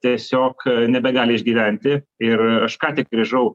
tiesiog nebegali išgyventi ir aš ką tik grįžau